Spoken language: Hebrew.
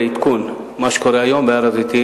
עדכון: מה שקורה היום בהר-הזיתים,